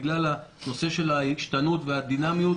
בגלל ההשתנות והדינמיות,